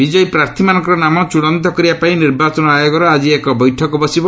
ବିଜୟୀ ପ୍ରାର୍ଥୀମାନଙ୍କର ନାମ ଚୃଡ଼ାନ୍ତ କରିବାପାଇଁ ନିର୍ବାଚନ ଆୟୋଗର ଆଜି ଏକ ବୈଠକ ବସିବ